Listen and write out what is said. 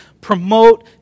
promote